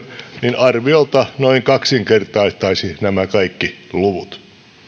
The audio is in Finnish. niin se arviolta noin kaksinkertaistaisi nämä kaikki luvut